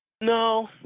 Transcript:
No